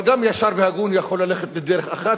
אבל גם ישר והגון יכול ללכת בדרך אחת,